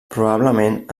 probablement